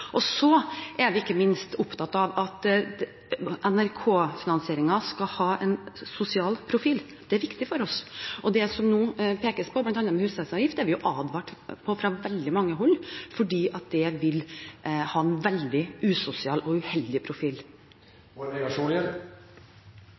Så er vi ikke minst opptatt av at NRK-finansieringen skal ha en sosial profil. Det er viktig for oss. Det som det nå pekes på, bl.a. når det gjelder husstandsavgift, er vi jo advart mot fra veldig mange hold, fordi det vil ha en veldig usosial og uheldig profil.